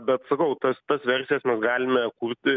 bet sakau tas tas versija mes galime kurti